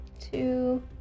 Two